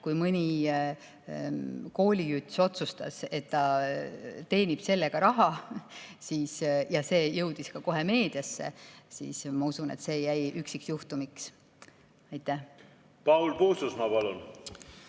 Kui mõni koolijüts otsustas, et ta teenib sellega raha, ja see jõudis ka kohe meediasse, siis ma usun, et see jäi üksikjuhtumiks. Aitäh! Kindlasti ei olnud